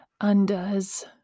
undoes